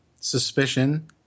suspicion